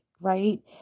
right